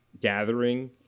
gathering